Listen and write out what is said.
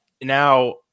Now